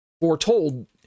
Foretold